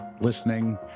listening